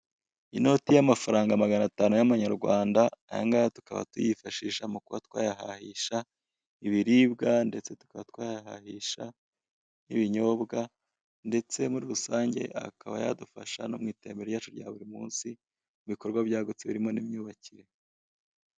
Inote y'amafaranga maganatanu y'amanyarwanda ayangaya tukaba tuyifashisha mu kuba twayahahisha ibiribwa ndetse tukaba twayahahisha ibinyobwa ndetse muri rusange akaba yadufasha no mu iterambere ryacu rya buri munsi ibikorwa byagutse birimo n'imyubakire.